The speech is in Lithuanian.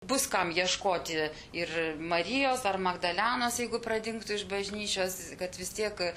bus kam ieškoti ir marijos ar magdalenos jeigu pradingtų iš bažnyčios kad vis tiek